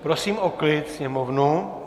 Prosím o klid sněmovnu!